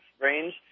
range